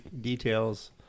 details